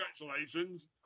Congratulations